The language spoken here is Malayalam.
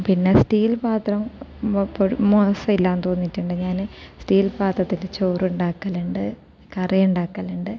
പിന്നെ സ്റ്റീൽ പാത്രം മോശമില്ല എന്ന് തോന്നിയിട്ടുണ്ട് ഞാൻ സ്റ്റീൽ പാത്രത്തിൽ ചോറ് ഉണ്ടാക്കലുണ്ട് കറി ഉണ്ടാക്കലുണ്ട്